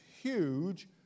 huge